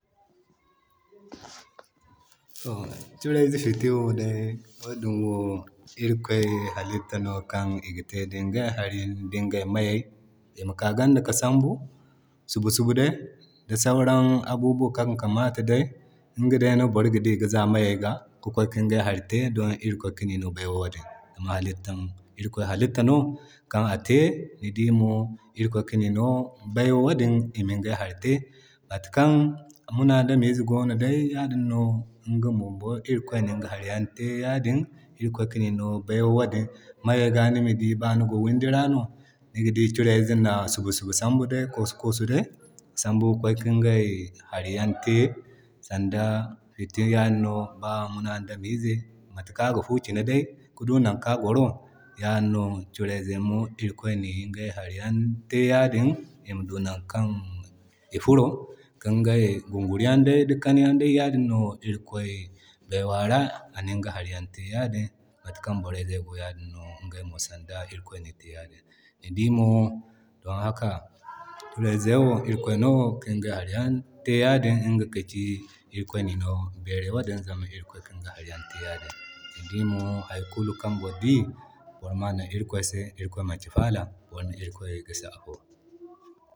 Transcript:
To kurayze fitti wo day wadin wo irikoy halitta no kan iga te dingey hari dingay meyay. Ima ka ganda ka sambu subusubu day da day sauran abubuwa kan kamata dai ŋga day no boroga dii iga zaa moyay ga kikway ki ŋgey hari te don irikoy ka ni no baiwa wadin. Mahalicci irikoy halitta no kan a te, ni dii mo irikoy kani no baiwa wadin ima igay hari te. Mata kan munadamizey go no de ya din no ŋgamo irikoy ŋiga hari te ya din. Irikoy kani no baywa wadin meyayga no ba day nigo widi ra niga di meayayga no niga di curayze na subu-subu sambu day kosu-kosu day sambu ki kway kinga hari te, sanda fitti. Ya din no ba munadamize mata kan aga fuu kina ki do nankan a goro. Ya din no kureyze mo irikoy ŋiga hari te yadii ima do nakan iga furo ka ŋgay gunguri yan de da kaniyan day. Ya din no irikoy dobara aniga hariyaŋ te yadin matakan borayze go da ya din no sanda irikoy ni te ya diin. Ni dii mo donhaka kurayze wo irikoy no ni te yadin ŋga ka ci irikoy ni no beray wadin zama irikoy ka ŋga hari yan te yadi. Ni dii mo har kulu kan boro dii boro ma nan irikoy se zama irikoy mati fala, boro ma irikoy gisi afo.